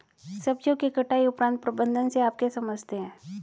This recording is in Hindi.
सब्जियों के कटाई उपरांत प्रबंधन से आप क्या समझते हैं?